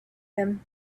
him